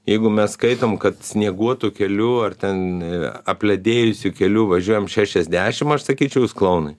jeigu mes skaitom kad snieguotu keliu ar ten apledėjusiu keliu važiuojam šešiasdešim aš sakyčiau jūs klounai